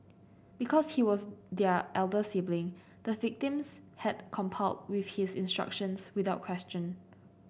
because he was their elder sibling the victims had complied with his instructions without question